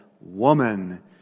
woman